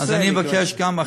אז אני מבקש גם,